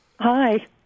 Hi